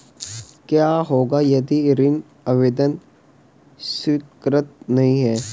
क्या होगा यदि ऋण आवेदन स्वीकृत नहीं है?